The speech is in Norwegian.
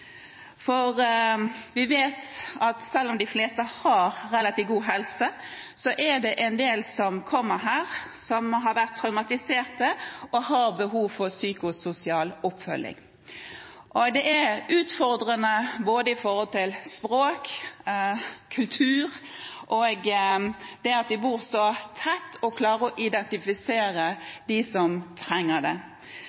Vi vet at selv om de fleste har relativt god helse, er det en del som kommer her som har vært traumatiserte, og har behov for psykososial oppfølging. Det er utfordrende både med tanke på språk, kultur og det at de bor så tett, å klare å identifisere dem som trenger det.